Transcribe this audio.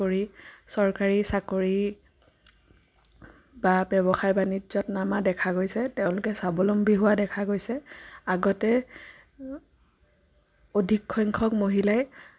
কৰি চৰকাৰী চাকৰি বা ব্যৱসায় বাণিজ্যত নমা দেখা গৈছে তেওঁলোকে স্বাৱলম্বী হোৱা দেখা গৈছে আগতে অধিকসংখ্যক মহিলাই